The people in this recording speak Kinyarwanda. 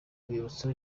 rwibutso